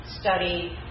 study